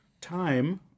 Time